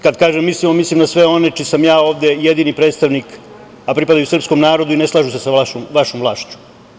Kada kažem mislimo, mislim na sve one čiji sam ja ovde jedini predstavnik, a pripadaju srpskom narodu i ne slažu se sa vašom vlašću.